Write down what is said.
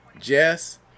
Jess